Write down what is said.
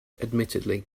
admittedly